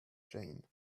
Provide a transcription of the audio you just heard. jane